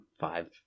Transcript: five